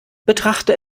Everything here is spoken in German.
betrachte